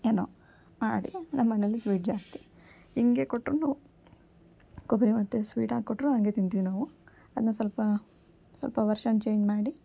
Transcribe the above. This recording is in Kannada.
ಏನೋ ಮಾಡಿ ನಮ್ಮ ಮನೆಯಲ್ಲಿ ಸ್ವೀಟ್ ಜಾಸ್ತಿ ಹಿಂಗೆ ಕೊಟ್ರೂನು ಕೊಬ್ಬರಿ ಮತ್ತು ಸ್ವೀಟ್ ಹಾಕ್ ಕೊಟ್ಟರೂ ಹಂಗೆ ತಿಂತೀವಿ ನಾವು ಅದನ್ನ ಸ್ವಲ್ಪ ಸ್ವಲ್ಪ ವರ್ಷನ್ ಚೇಂಜ್ ಮಾಡಿ